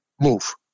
move